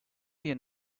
you